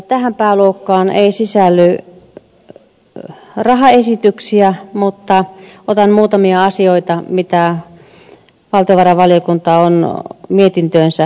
tähän pääluokkaan ei sisälly rahaesityksiä mutta otan muutamia asioita mitä valtiovarainvaliokunta on mietintöönsä kirjannut